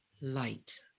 light